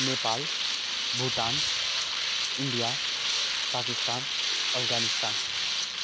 Nepal Bhutan India Pakistan Afghanistan